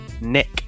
nick